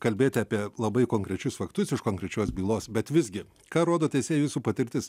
kalbėti apie labai konkrečius faktus iš konkrečios bylos bet visgi ką rodo teisėja jūsų patirtis